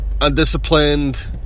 Undisciplined